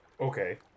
Okay